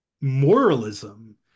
moralism